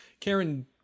Karen